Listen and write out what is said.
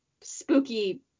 spooky